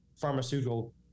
pharmaceutical